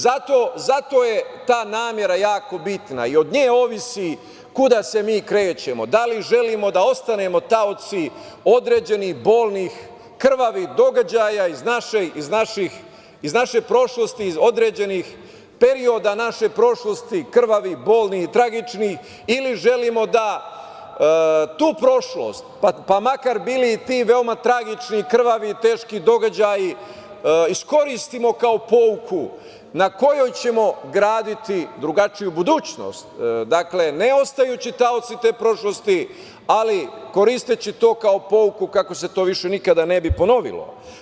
Zato je ta namera jako bitna i od nje ovisi kuda se mi krećemo, da li želim oda ostanemo taoci određenih bolnih, krvavih događaja iz naše prošlosti, određenih perioda naše prošlosti, krvavih, bolnih i tragičnih, ili želimo da tu prošlost, pa makar bili i ti veoma tragični, krvavi i teški događaji iskoristimo kao pouku na kojoj ćemo graditi drugačiju budućnost, dakle, ne ostajući taoci te prošlosti, ali koristeći to kao pouku kako se to više nikada ne bi ponovilo.